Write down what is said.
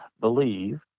believe